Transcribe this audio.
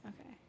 Okay